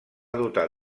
dotar